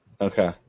Okay